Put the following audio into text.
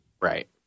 Right